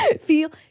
feel